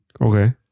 Okay